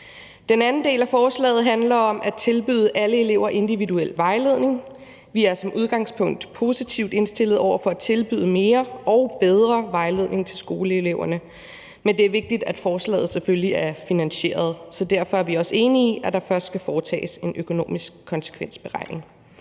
Den anden del af forslaget handler om at tilbyde alle elever individuel vejledning. Vi er som udgangspunkt positivt indstillet over for at tilbyde mere og bedre vejledning til skoleeleverne, men det er vigtigt, at forslaget selvfølgelig er finansieret. Så derfor er vi også enige i, at der først skal foretages en økonomisk konsekvensberegning.